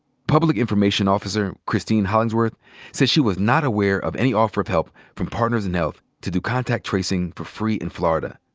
public information officer kristine hollingsworth said she was not aware of any offer of health from partners in health to do contact tracing for free in florida.